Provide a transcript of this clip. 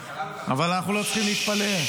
אבל אנחנו לא צריכים להתפלא,